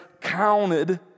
counted